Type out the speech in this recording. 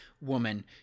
woman